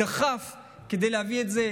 ודחף כדי להביא את זה,